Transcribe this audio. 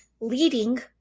leading